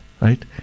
Right